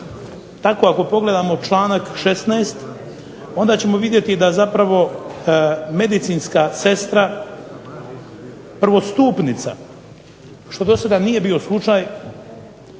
Tako ako pogledamo članak 16. onda ćemo vidjeti da zapravo medicinska sestra prvostupnica, što do sada nije bio slučaj,